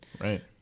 right